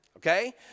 Okay